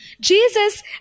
Jesus